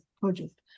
project